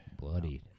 bloody